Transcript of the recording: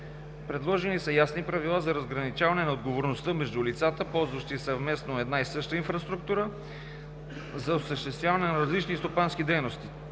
Предложени са ясни правила за разграничаване на отговорността между лицата, ползващи съвместно една и съща инфраструктура за осъществяване на различни стопански дейности.